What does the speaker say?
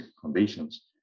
conditions